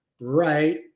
right